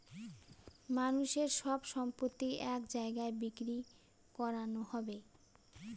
মানুষের সব সম্পত্তি এক জায়গায় বিক্রি করানো হবে